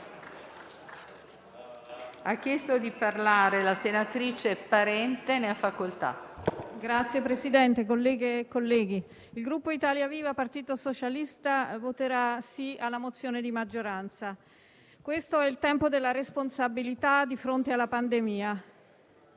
il Gruppo Italia Viva - Partito Socialista voterà sì alla risoluzione di maggioranza. Questo è il tempo della responsabilità di fronte alla pandemia,